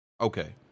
Okay